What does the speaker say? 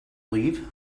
leave